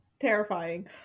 terrifying